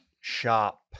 shop